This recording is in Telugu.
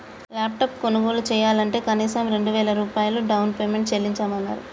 ల్యాప్టాప్ కొనుగోలు చెయ్యాలంటే కనీసం రెండు వేల రూపాయలు డౌన్ పేమెంట్ చెల్లించమన్నరు